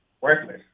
worthless